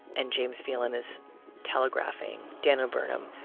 and james phelan is telegraphing daniel burnham,